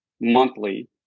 monthly